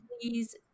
please